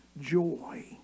joy